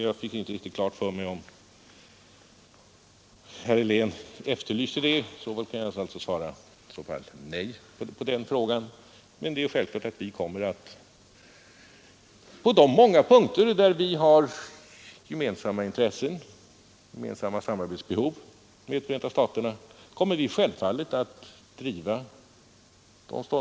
Jag fick inte riktigt klart för mig om herr Helén efterlyste det; i så fall kan jag svara nej på den frågan. Men på de många områden där vi har gemensamma intressen och ett gemensamt behov av samarbete med Förenta staterna kommer vi självfallet att söka befordra detta.